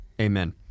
Amen